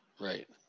Right